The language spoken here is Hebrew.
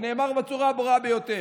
זה נאמר בצורה הברורה ביותר: